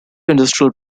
industrial